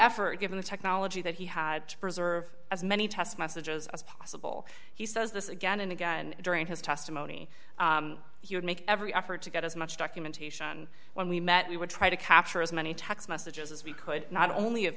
given the technology that he had to preserve as many test messages as possible he says this again and again during his testimony he would make every effort to get as much documentation when we met we would try to capture as many text messages as we could not only